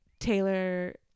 Taylor